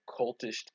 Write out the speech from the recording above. cultish